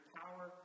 power